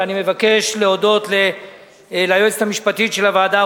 ואני מבקש להודות ליועצת המשפטית של הוועדה,